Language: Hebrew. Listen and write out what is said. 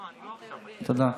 תודה.